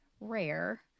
rare